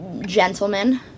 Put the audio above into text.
gentlemen